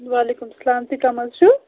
وعلیکُم اسلام تُہۍ کَم حظ چھُ